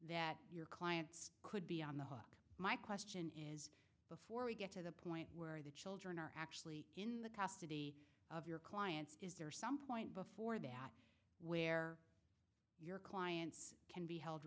that your clients could be on the hook my question is before we get to the put children are actually in the custody of your clients is there some point before that where your clients can be held